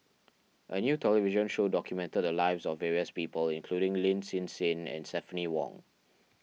a new television show documented the lives of various people including Lin Hsin Hsin and Stephanie Wong